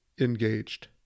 engaged